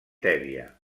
tèbia